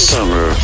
Summer